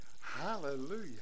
Hallelujah